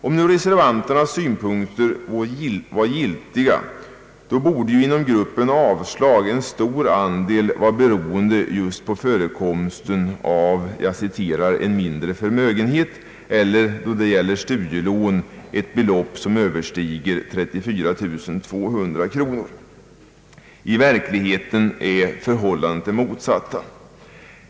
Om nu reservanternas synpunkter var giltiga, borde inom gruppen avslag ett stort antal vara beroende just på förekomsten av »en mindre förmögenhet», eller då det gäller studielån ett belopp som överstiger 34 200 kronor. I verkligheten är förhållandet det motsatta.